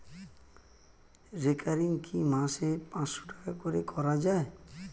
Recurring কি মাসে পাঁচশ টাকা করে করা যায়?